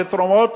זה תרומות